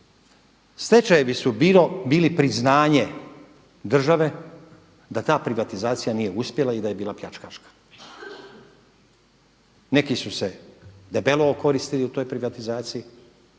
Stečajevi su bili priznanje države da ta privatizacija nije uspjela i da je bila pljačkaška. Neki su se debelo okoristili u toj privatizaciji